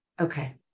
Okay